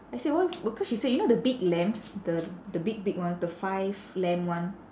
I say why cause she say you know the big lamps the the big big ones the five lamp [one]